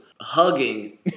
hugging